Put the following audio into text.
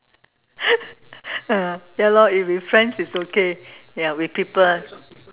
ah ya lor if with friends it's okay ya with people